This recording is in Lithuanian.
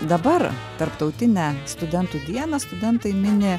dabar tarptautinę studentų dieną studentai mini